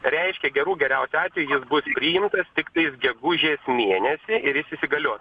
reiškia gerų geriausiu atveju jis bus priimtas tiktai gegužės mėnesį ir jis įsigalios